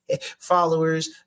followers